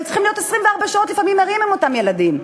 ולפעמים הם צריכים להיות ערים 24 שעות עם אותם ילדים,